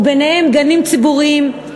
וביניהם גנים ציבורים,